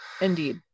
Indeed